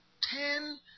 ten